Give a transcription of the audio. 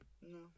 No